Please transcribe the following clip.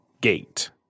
Gate